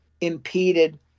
impeded